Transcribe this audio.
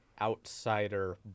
outsider